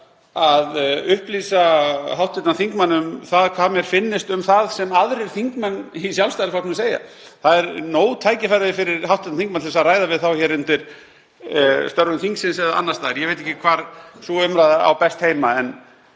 að upplýsa hv. þingmann um það hvað mér finnist um það sem aðrir þingmenn í Sjálfstæðisflokknum segja. Það er nóg tækifæri fyrir hv. þingmann til að ræða við þá hér undir störfum þingsins eða annars staðar, ég veit ekki hvar sú umræða á best heima. En